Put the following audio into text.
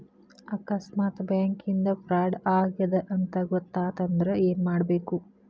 ಆಕಸ್ಮಾತ್ ಬ್ಯಾಂಕಿಂದಾ ಫ್ರಾಡ್ ಆಗೇದ್ ಅಂತ್ ಗೊತಾತಂದ್ರ ಏನ್ಮಾಡ್ಬೇಕು?